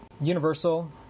Universal